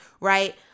right